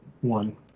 one